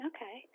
Okay